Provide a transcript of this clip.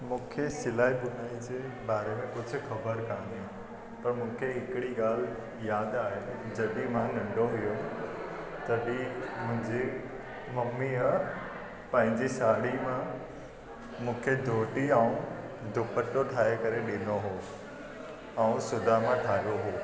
मूंखे सिलाई बुनाई जे बारे में कुझु ख़बर कोन्हे पर मूंखे हिकड़ी ॻाल्हि यादि आहे जॾहिं मां नंढो हुउमि तॾहिं मुंहिंजी ममीअ पंहिंजी साड़ी मां मूंखे धोती ऐं दुपटो ठाहे करे ॾिनो हुओ ऐं सुदामा ठाहियो हुओ